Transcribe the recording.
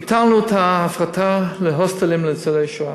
ביטלנו את ההסטה להוסטלים לניצולי שואה.